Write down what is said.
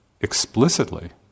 explicitly